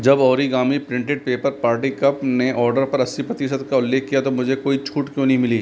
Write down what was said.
जब origami printed paper party cup ने order पर अस्सी प्रतिशत का उल्लेख किया तो मुझे कोई छूट क्यों नहीं मिली